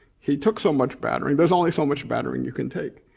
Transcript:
he took so much battering, there's only so much battering you can take.